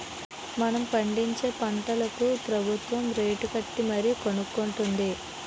మనం పండించే పంటలకు ప్రబుత్వం రేటుకట్టి మరీ కొనుక్కొంటుంది